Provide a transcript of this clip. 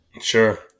Sure